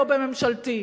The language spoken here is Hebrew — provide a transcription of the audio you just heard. לא בממשלתי.